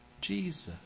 Jesus